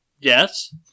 Yes